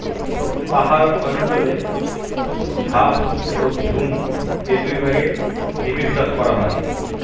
পাহাড় অঞ্চলে ধাপ ও ঝুম এই দুইভাবে নিবিড়চাষ করা হয়